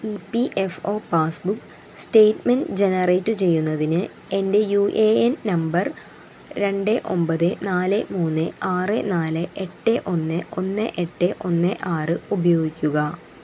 E P F O passbook statement generate ചെയ്യുന്നതിന് എൻ്റെ U A N number രണ്ട് ഒൻപത് നാല് മൂന്ന് ആറ് നാല് എട്ട് ഒന്ന് ഒന്ന് എട്ട് ഒന്ന് ആറ് ഉപയോഗിക്കുക